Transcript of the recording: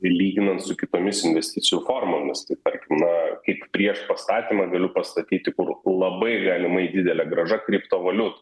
lyginant su kitomis investicijų formomis tarkim na kaip priešpastatymą galiu pasakyti kur labai galimai didelė grąža kriptovaliutų